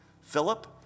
Philip